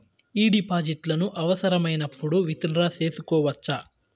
ఈ డిపాజిట్లను అవసరమైనప్పుడు విత్ డ్రా సేసుకోవచ్చా?